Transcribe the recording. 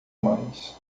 mais